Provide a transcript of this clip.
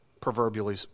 proverbially